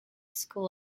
school